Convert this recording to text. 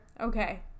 Okay